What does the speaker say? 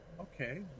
Okay